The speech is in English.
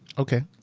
okay.